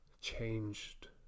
changed